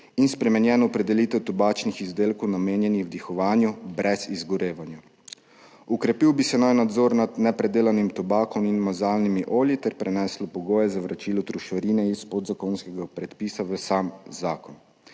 in spremenjeno opredelitev tobačnih izdelkov, namenjenih vdihovanju brez izgorevanja. Okrepil bi se naj nadzor nad nepredelanim tobakom in mazalnimi olji ter preneslo pogoje za vračilo trošarine iz podzakonskega predpisa v sam zakon.